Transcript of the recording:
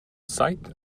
sight